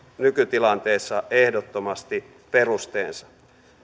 nykytilanteessa ehdottomasti perusteensa